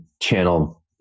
channel